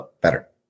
better